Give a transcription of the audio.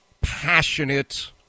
passionate